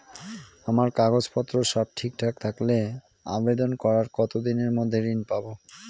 আমার কাগজ পত্র সব ঠিকঠাক থাকলে আবেদন করার কতদিনের মধ্যে ঋণ পাব?